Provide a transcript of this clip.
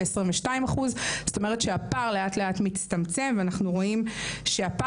ל 22%. זאת אומרת שהפער לאט לאט מצטמצם ואנחנו רואים שהפער